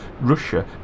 Russia